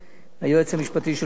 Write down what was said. היועץ המשפטי של ועדת הפנים,